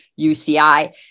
UCI